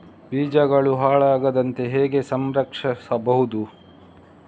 ಬೀಜಗಳು ಹಾಳಾಗದಂತೆ ಹೇಗೆ ಸಂರಕ್ಷಿಸಬಹುದು?